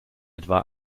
etwa